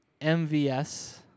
MVS